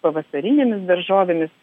pavasarinėmis daržovėmis